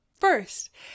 first